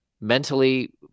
mentally